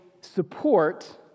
support